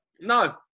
No